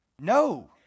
no